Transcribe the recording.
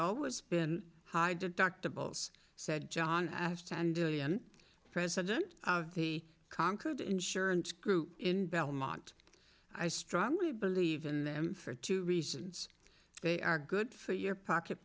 always been high deductibles said john asked and president of the concord insurance group in belmont i strongly believe in them for two reasons they are good for your pocket